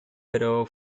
pero